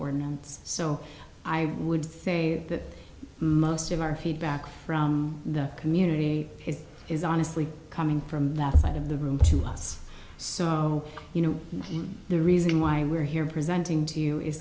ordinance so i would say that most of our feedback from the community is honestly coming from that side of the room to us so you know the reason why we're here presenting to you is